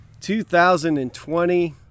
2020